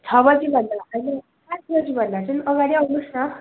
छ बजीभन्दा होइन पाँच बजीभन्दा चाहिँ अगाडि आउनुहोस् न